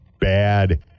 bad